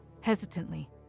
Hesitantly